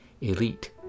elite